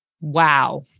Wow